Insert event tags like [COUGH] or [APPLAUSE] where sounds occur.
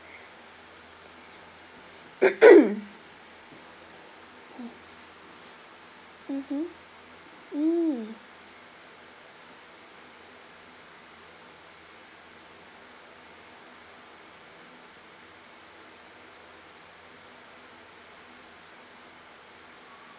[NOISE] mmhmm mm